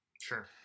Sure